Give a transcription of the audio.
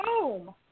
boom